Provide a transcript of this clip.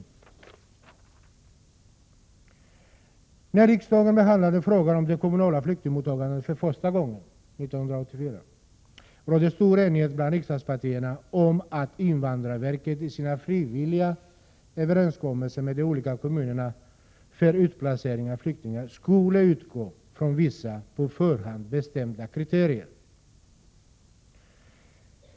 När riksdagen 1984 för första gången behandlade frågan om det kommunala flyktingmottagandet, rådde det stor enighet bland riksdagspartierna om att invandrarverket i sina frivilliga överenskommelser med de olika kommunerna för utplacering av flyktingar skulle utgå från vissa på förhand bestämda kriterier.